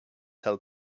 held